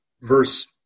verse